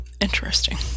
interesting